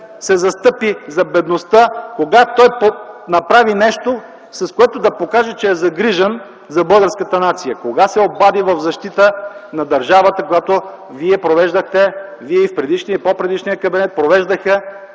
се застъпи за бедността? Кога направи нещо, с което да покаже, че е загрижен за българската нация? Кога се обади в защита на държавата, когато вие, предишния и по-предишния кабинет провеждахте